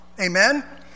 amen